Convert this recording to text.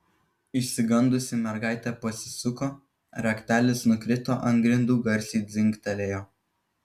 išsigandusi mergaitė pasisuko raktelis nukrito ant grindų garsiai dzingtelėjo